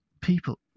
people